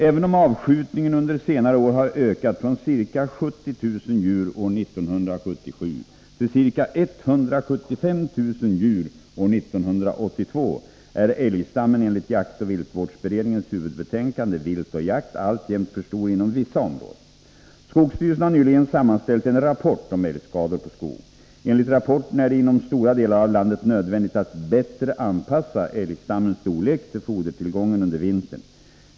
Även om avskjutningen under senare år har ökat från ca 70 000 djur år 1977 till ca 175 000 djur år 1982, är älgstammen enligt jaktoch viltvårdsberedningens huvudbetänkande Vilt och Jakt alltjämt för stor inom vissa områden. Skogsstyrelsen har nyligen sammanställt en rapport om älgskador på skog. Enligt rapporten är det inom stora delar av landet nödvändigt att bättre anpassa älgstammens storlek till fodertillgången under vintern.